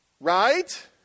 Right